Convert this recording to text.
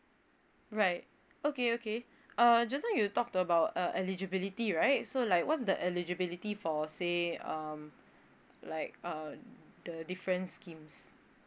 right okay okay uh just now you talk about uh eligibility right so like what's the eligibility for say um like uh the different schemes